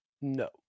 No